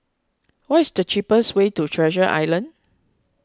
what is the cheapest way to Treasure Island